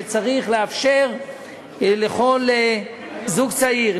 שצריך לאפשר לכל זוג צעיר,